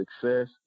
success